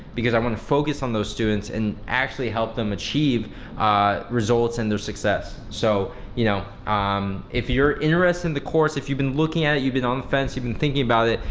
because i wanna focus on those students and actually help them achieve results and their success. so you know um if you're interested in the course, if you've been looking at it, you've been on the fence, you've been thinking about it,